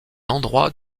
endroit